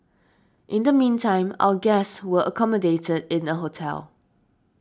in the meantime our guests were accommodate in a hotel